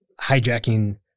hijacking